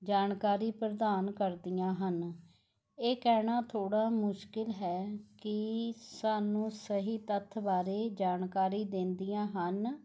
ਜਾਣਕਾਰੀ ਪ੍ਰਦਾਨ ਕਰਦੀਆਂ ਹਨ ਇਹ ਕਹਿਣਾ ਥੋੜਾ ਮੁਸ਼ਕਿਲ ਹੈ ਕੀ ਸਾਨੂੰ ਸਹੀ ਤੱਥ ਬਾਰੇ ਜਾਣਕਾਰੀ ਦਿੰਦੀਆਂ ਹਨ